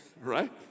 Right